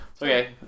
Okay